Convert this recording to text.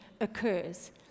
occurs